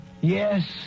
Yes